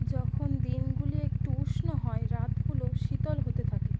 যখন দিনগুলি একটু উষ্ণ হয় রাতগুলো শীতল হতে থাকে